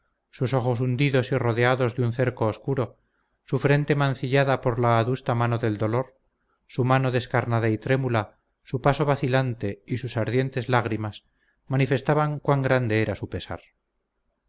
sus ojos hundidos y rodeados de un cerco oscuro su frente mancillada por la adusta mano del dolor su mano descarnada y trémula su paso vacilante y sus ardientes lágrimas manifestaban cuán grande era su pesar